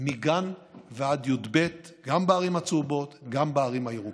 מגן ועד י"ב גם בערים הצהובות וגם בערים הירוקות.